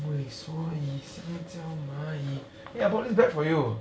因为所以香蕉蚂蚁 eh I bought this bag for you